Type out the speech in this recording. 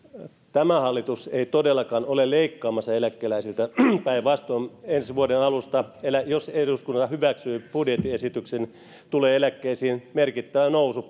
tämä hallitus ei todellakaan ole leikkaamassa eläkeläisiltä päinvastoin ensi vuoden alusta jos eduskunta hyväksyy budjettiesityksen tulee pieniin eläkkeisiin merkittävä nousu